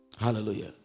Hallelujah